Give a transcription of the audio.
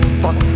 fuck